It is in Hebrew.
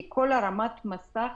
כל הרמת מסך